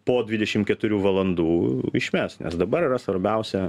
po dvidešim keturių valandų išmes nes dabar yra svarbiausia